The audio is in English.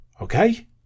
Okay